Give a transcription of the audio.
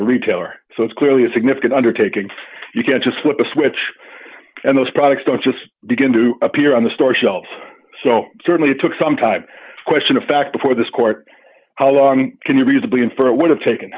of retailer so it's clearly a significant undertaking you can't just flip a switch and those products don't just begin to appear on the store shelves so certainly it took some time question of fact before this court how long can you